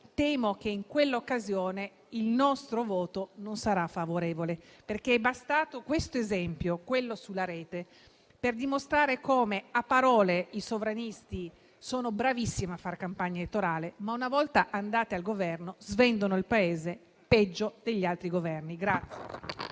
temo che in quell'occasione il nostro voto non sarà favorevole, perché è bastato questo esempio, relativo alla rete, per dimostrare come a parole i sovranisti siano bravissimi a far campagna elettorale ma, una volta andati al Governo, svendano il Paese peggio degli altri Governi.